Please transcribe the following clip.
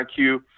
IQ